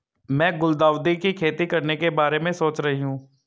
मैं गुलदाउदी की खेती करने के बारे में सोच रही हूं